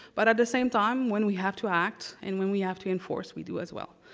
but at the same time, when we have to act, and when we have to enforce, we do as well.